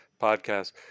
podcast